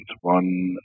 One